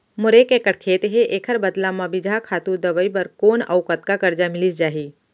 मोर एक एक्कड़ खेत हे, एखर बदला म बीजहा, खातू, दवई बर कोन अऊ कतका करजा मिलिस जाही?